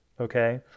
Okay